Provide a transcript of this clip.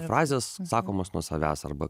frazės sakomos nuo savęs arba